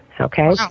Okay